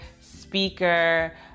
speaker